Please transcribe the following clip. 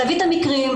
תביאו את המקרים,